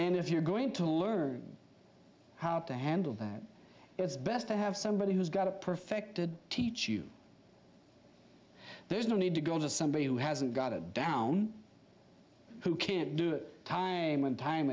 and if you're going to learn how to handle that it's best to have somebody who's got a perfected teach you there's no need to go to somebody who hasn't got it down who can't do it time and time